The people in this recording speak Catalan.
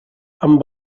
amb